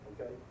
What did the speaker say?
okay